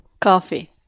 Coffee